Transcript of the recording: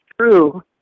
true